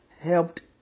helped